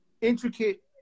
intricate